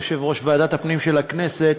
יושב-ראש ועדת הפנים של הכנסת,